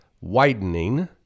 widening